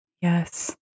Yes